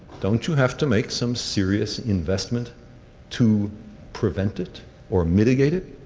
don't you have to make some serious investment to prevent it or mitigate it?